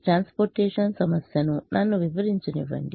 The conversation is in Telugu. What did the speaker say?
ట్రాన్స్పోర్టేషన్ సమస్యను నన్ను వివరించనివ్వండి